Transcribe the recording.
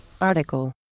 Article